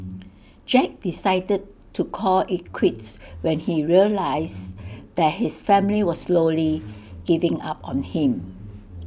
Jack decided to call IT quits when he realised that his family was slowly giving up on him